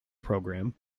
programme